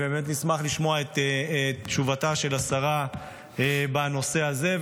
ובאמת נשמח לשמוע את תשובתה של השרה בנושא הזה.